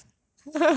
okay f~ uh